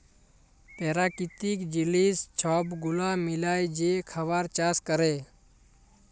পেরাকিতিক জিলিস ছব গুলা মিলায় যে খাবার চাষ ক্যরে